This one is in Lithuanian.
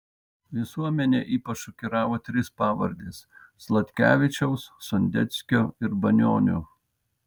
visuomenę ypač šokiravo trys pavardės sladkevičiaus sondeckio ir banionio